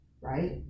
Right